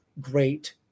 great